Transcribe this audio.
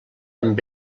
amb